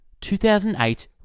2008